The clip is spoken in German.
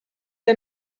der